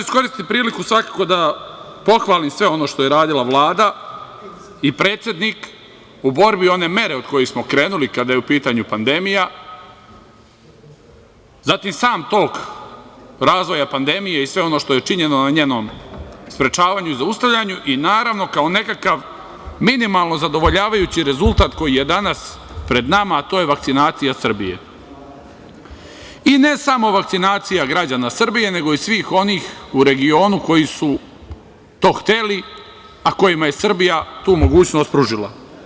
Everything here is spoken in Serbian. Iskoristiću priliku svakako da pohvalim sve ono što je radila Vlada i predsednik u borbi, one mere od kojih smo krenuli kada je u pitanju pandemija, zatim sam tok razvoja pandemije i sve ono što je činjeno na njenom sprečavanju i zaustavljanju, i naravno, kao nekakav minimalno zadovoljavajući rezultat koji je danas pred nama, a to je vakcinacija Srbije i ne samo vakcinacija građana Srbije, nego i svih onih u regionu koji su to hteli, a kojima je Srbija tu mogućnost pružila.